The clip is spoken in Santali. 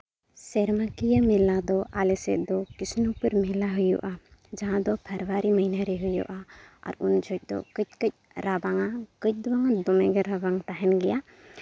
ᱥᱮᱨᱢᱟᱠᱤᱭᱟᱹ ᱢᱮᱞᱟ ᱫᱚ ᱟᱞᱮ ᱥᱮᱫ ᱫᱚ ᱠᱤᱥᱱᱚᱯᱩᱨ ᱢᱮᱞᱟ ᱦᱩᱭᱩᱜᱼᱟ ᱡᱟᱦᱟᱸ ᱫᱚ ᱯᱷᱮᱵᱽᱨᱟᱨᱤ ᱢᱟᱹᱦᱱᱟᱹ ᱨᱮ ᱦᱩᱭᱩᱜᱼᱟ ᱟᱨ ᱩᱱ ᱡᱚᱦᱚᱜ ᱫᱚ ᱠᱟᱹᱡ ᱠᱟᱹᱡ ᱨᱟᱵᱟᱝᱟ ᱠᱟᱹᱡ ᱫᱚ ᱵᱟᱝ ᱫᱚᱢᱮ ᱜᱮ ᱨᱟᱵᱟᱝ ᱛᱟᱦᱮᱱ ᱜᱮᱭᱟ